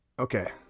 Okay